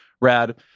rad